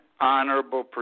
honorable